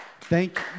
Thank